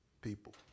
people